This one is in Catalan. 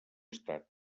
estat